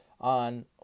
on